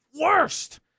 worst